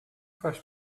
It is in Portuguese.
faz